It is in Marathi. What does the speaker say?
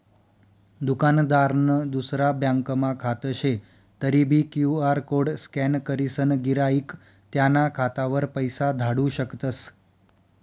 दुकानदारनं दुसरा ब्यांकमा खातं शे तरीबी क्यु.आर कोड स्कॅन करीसन गिराईक त्याना खातावर पैसा धाडू शकतस